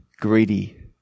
Greedy